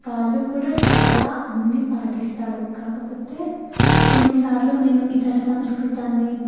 వాళ్ళు కూడా చాలా అన్న పాటిస్తారు కాకపోతే కొన్నిసార్లు నేను ఇతర సంస్కృతాన్ని